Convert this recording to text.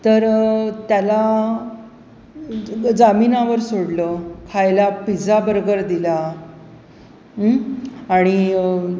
तर त्याला जामिनावर सोडलं खायला पिझ्झा बर्गर दिला आणि